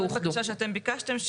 עוד בקשה שאתם ביקשתם,